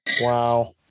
Wow